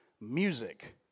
Music